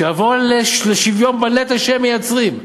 שיבואו לשוויון בנטל שהם מייצרים.